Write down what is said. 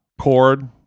cord